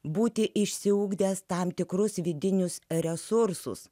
būti išsiugdęs tam tikrus vidinius resursus